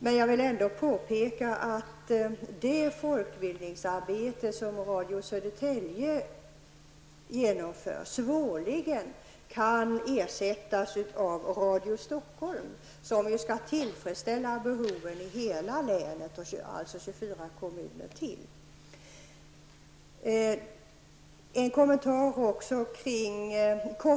Men jag vill ändå påpeka att det folkbildningsarbete som Radio Södertälje genomför svårligen kan ersättas av Radio Stockholm, som skall tillfredsställa behoven i hela länet, alltså i ytterligare 24 Södertälje vill jag också göra.